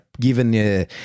given